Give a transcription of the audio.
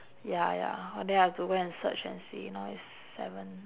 ya ya then I have to go and search and see now it's seven